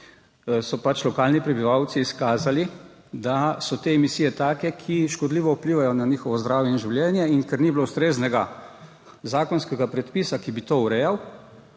so lokalni prebivalci izkazali, da so te emisije take, ki škodljivo vplivajo na njihovo zdravje in življenje, in ker ni bilo ustreznega zakonskega predpisa, ki bi to urejal,